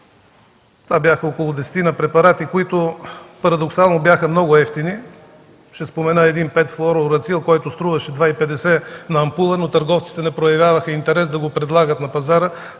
мрежата – около десетина препарати, които парадоксално бяха много евтини. Ще спомена един петфлуорацил, който струваше 2,50 лв. на ампула, но търговците не проявяваха интерес да го предлагат на пазара,